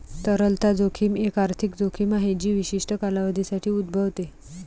तरलता जोखीम एक आर्थिक जोखीम आहे जी विशिष्ट कालावधीसाठी उद्भवते